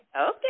okay